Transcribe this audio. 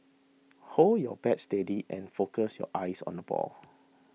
hold your bat steady and focus your eyes on the ball